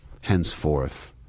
henceforth